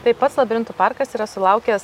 tai pats labirintų parkas yra sulaukęs